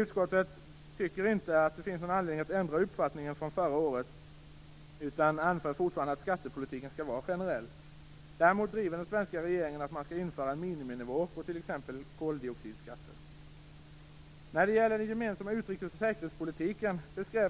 Utskottet tycker inte att det finns någon anledning att ändra sin uppfattning från förra året, utan anför även nu att skattepolitiken skall vara generell. Däremot driver den svenska regeringen frågan om att införa en miniminivå för t.ex. koldioxidskatt. När det gäller den gemensamma utrikes och säkerhetspolitiken